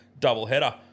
doubleheader